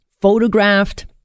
photographed